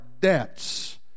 debts